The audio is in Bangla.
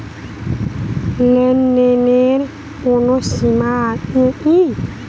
লেনদেনের কোনো সীমা আছে কি?